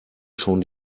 schon